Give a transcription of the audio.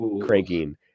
cranking